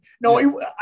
No